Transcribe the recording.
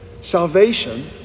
Salvation